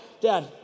Dad